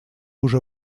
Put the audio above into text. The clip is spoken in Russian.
уже